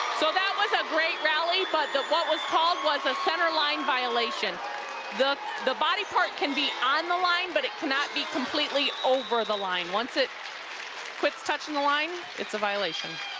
so that was a great rally but what was called was a center line violation the the body part can be on the line, but it cannot be completely over the line once it quits touching the line it's a violation.